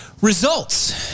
results